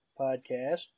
podcast